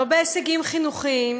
לא בהישגים חינוכיים,